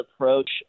approach